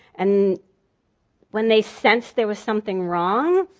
and when they sensed there was something wrong,